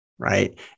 right